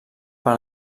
per